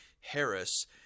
Harris